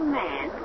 man